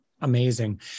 amazing